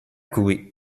cui